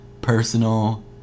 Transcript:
personal